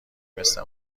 مثل